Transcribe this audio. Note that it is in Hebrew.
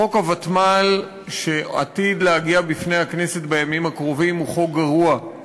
חוק הוותמ"ל שעתיד לעמוד בפני הכנסת בימים הקרובים הוא חוק גרוע.